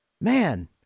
man